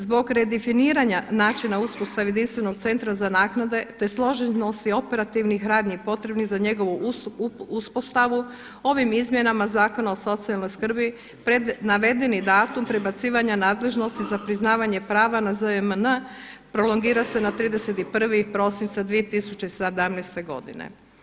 Zbog redefiniranja načina uspostave jedinstvenog centra za naknade te složenosti operativnih radnji potrebnih za njegovu uspostavu ovim izmjenama zakona o socijalnoj skrbi pred navedeni datum prebacivanja nadležnosti za priznavanje prava na ZJMN prolongira se na 31. prosinca 2017. godine.